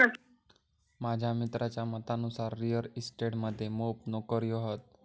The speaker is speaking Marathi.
माझ्या मित्राच्या मतानुसार रिअल इस्टेट मध्ये मोप नोकर्यो हत